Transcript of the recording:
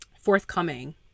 forthcoming